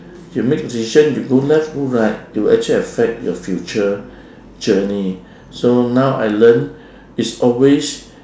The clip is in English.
you make the decision you go left go right it will actually affect your future journey so now I learn it's always